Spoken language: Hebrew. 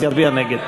יצביע נגד.